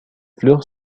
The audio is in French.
fleurs